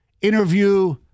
interview